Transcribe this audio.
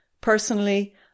Personally